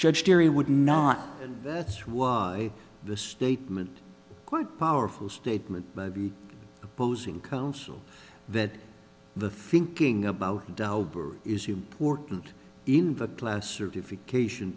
judge jury would not and that's why the statement quite powerful statement by the opposing counsel that the thinking about dauber is important in the certification